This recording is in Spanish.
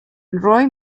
roy